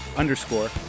underscore